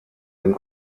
den